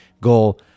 goal